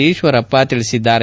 ಈಶ್ವರಪ್ಪ ಹೇಳಿದ್ದಾರೆ